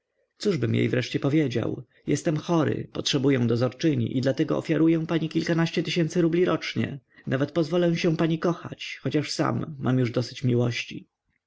interesu cóżbym jej wreszcie powiedział jestem chory potrzebuję dozorczyni i dlatego ofiaruję pani kilkanaście tysięcy rubli rocznie nawet pozwolę się pani kochać chociaż sam mam już dosyć miłości